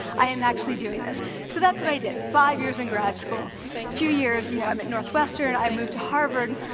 i am actually doing this so that's what i did. five years in grad school, a few years, you know, i'm at northwestern, i moved to harvard,